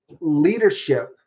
leadership